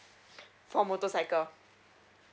for motorcycle